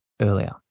earlier